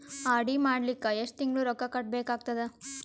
RD ಮಾಡಲಿಕ್ಕ ಎಷ್ಟು ತಿಂಗಳ ರೊಕ್ಕ ಕಟ್ಟಬೇಕಾಗತದ?